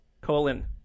colon